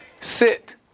sit